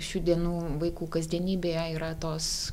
šių dienų vaikų kasdienybėje yra tos